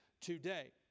today